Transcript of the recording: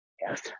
yes